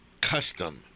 custom